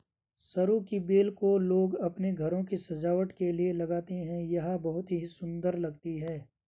सरू की बेल को लोग अपने घरों की सजावट के लिए लगाते हैं यह बहुत ही सुंदर लगती है